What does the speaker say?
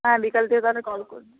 হ্যাঁ বিকালের দিকে তাহলে কল করে নিন